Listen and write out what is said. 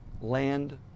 land